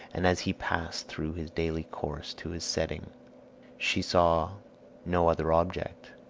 and as he passed through his daily course to his setting she saw no other object,